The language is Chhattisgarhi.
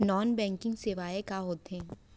नॉन बैंकिंग सेवाएं का होथे